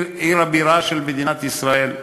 עיר הבירה של מדינת ישראל.